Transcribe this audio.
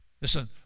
Listen